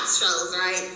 right